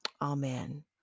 Amen